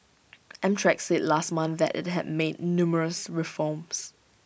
amtrak said last month that IT had made numerous reforms